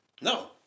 No